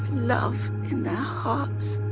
love in their hearts,